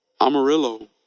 Amarillo